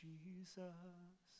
Jesus